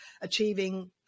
achieving